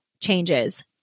changes